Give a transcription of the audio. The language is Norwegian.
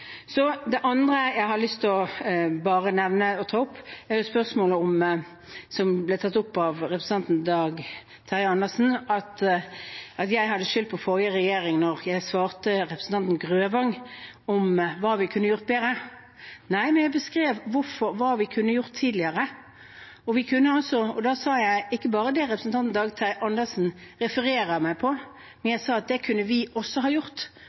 Det andre jeg har lyst til å nevne, er det som ble tatt opp av representanten Dag Terje Andersen, at jeg hadde skyldt på forrige regjering da jeg svarte representanten Grøvan på hva vi kunne gjort bedre. Nei, jeg beskrev hva vi kunne gjort tidligere, og da sa jeg ikke bare det representanten Dag Terje Andersen refererer meg på, jeg sa at det kunne vi også ha gjort.